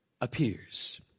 appears